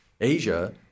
Asia